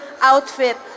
outfit